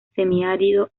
semiárido